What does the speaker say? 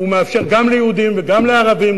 גם ליהודים וגם לערבים,